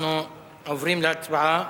אנחנו עוברים להצבעה.